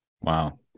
Wow